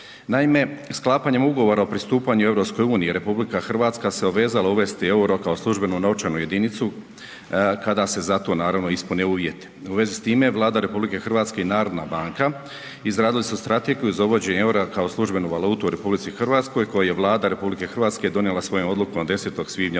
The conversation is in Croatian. Naime, sklapanjem ugovora o pristupanju EU, RH se obvezala uvesti EUR-o kao službenu novčanu jedinicu kada se za to naravno ispune uvjeti. U vezi s time Vlada RH i HNB izradili su strategiju za uvođenje EUR-a kao službenu valutu u RH koju je Vlada RH donijela svojom odlukom 10. svibnja